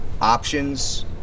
Options